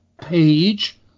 page